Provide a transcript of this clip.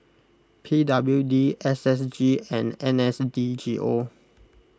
P W D S S G and N S D G O